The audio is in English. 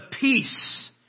peace